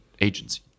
agency